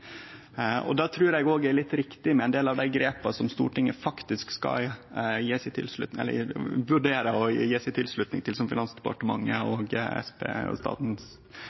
Det trur eg òg er litt riktig med ein del av dei grepa Stortinget faktisk skal vurdere å gje si tilslutning til, som Finansdepartementet og forvaltarane av Statens